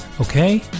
Okay